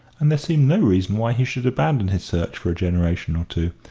and there seemed no reason why he should abandon his search for a generation or two,